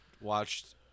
watched